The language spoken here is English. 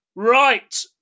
Right